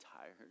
tired